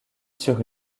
sur